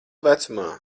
vecumā